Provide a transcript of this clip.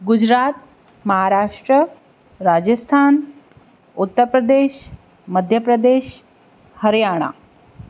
Gujarat Maharashtra Rajasthan Uttar Pradesh Madhya Pradesh Haryana